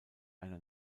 einer